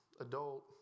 adult